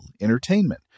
entertainment